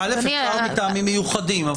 --- מטעמים מיוחדים.